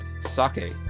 sake